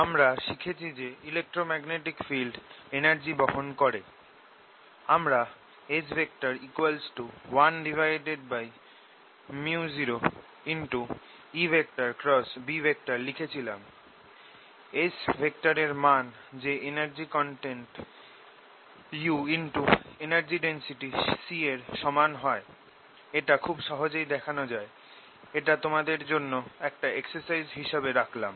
আমরা S 1µ0EB লিখেছিলাম S এর মান যে energy content x energy density এর সমান হয় এটা খুব সহজেই দেখানো যায় এটা তোমাদের জন্য একটা এক্সারসাইজ হিসেবে রাখলাম